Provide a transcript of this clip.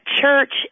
church